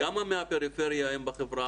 כמה מהפריפריה הם בחברה